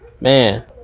Man